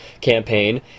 campaign